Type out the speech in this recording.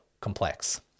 complex